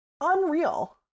unreal